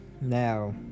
now